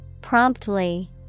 Promptly